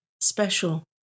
special